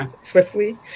swiftly